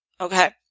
Okay